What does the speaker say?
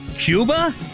Cuba